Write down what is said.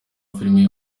film